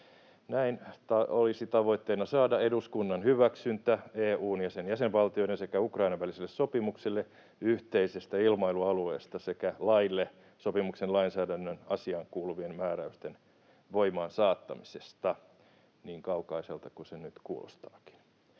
Näin olisi tavoitteena saada eduskunnan hyväksyntä EU:n ja sen jäsenvaltioiden sekä Ukrainan väliselle sopimukselle yhteisestä ilmailualueesta sekä laille sopimuksen lainsäädännön asiaankuuluvien määräysten voimaansaattamisesta — niin kaukaiselta kuin se nyt kuulostaakin.